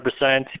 100%